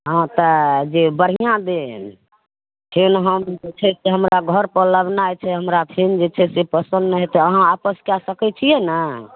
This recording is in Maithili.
हँ तऽ जे बढ़िआँ देब छै ने हम छै हमरा घरपर लेबनाइ छै हमरा फेन जे छै से पसन्द नहि हेतय अहाँ वापस कए सकय छियै ने